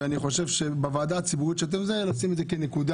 ואני חושב שבוועדה הציבורית צריך לשים את זה כנקודה